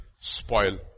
spoil